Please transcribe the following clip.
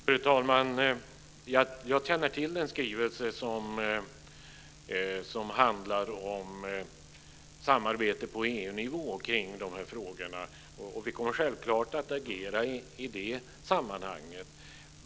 Fru talman! Jag känner till den skrivelse som handlar om samarbete på EU-nivå kring de här frågorna. Vi kommer självklart att agera i det sammanhanget.